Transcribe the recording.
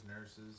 nurses